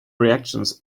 reactions